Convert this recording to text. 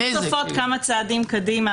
אני צופה כמה צעדים קדימה,